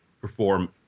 perform